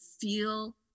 feel